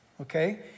Okay